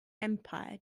empire